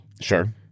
Sure